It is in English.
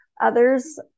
others